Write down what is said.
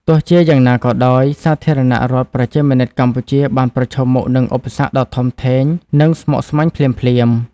ទោះជាយ៉ាងណាក៏ដោយសាធារណរដ្ឋប្រជាមានិតកម្ពុជា បានប្រឈមមុខនឹងឧបសគ្គដ៏ធំធេង និងស្មុគស្មាញភ្លាមៗ។